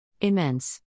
Immense